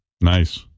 Nice